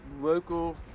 local